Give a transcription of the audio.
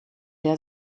der